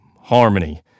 Harmony